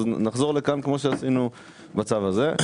נחזור לכאן כפי שעשינו בצו הזה.